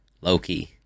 Loki